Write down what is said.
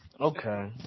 Okay